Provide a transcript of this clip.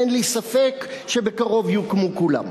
אין לי ספק שבקרוב יוקמו כולן.